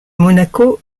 monaco